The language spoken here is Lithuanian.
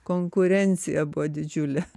konkurencija buvo didžiulė